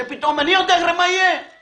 אם האנשים האלה לא היו נוסעים